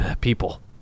people